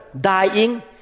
dying